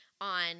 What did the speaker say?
on